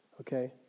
okay